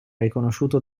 riconosciuto